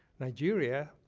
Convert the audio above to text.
nigeria,